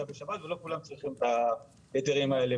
בשבת ולא כולם צריכים את ההיתרים האלה.